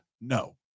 no